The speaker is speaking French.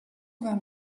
vingt